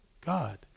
God